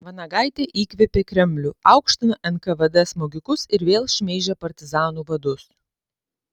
vanagaitė įkvėpė kremlių aukština nkvd smogikus ir vėl šmeižia partizanų vadus